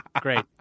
Great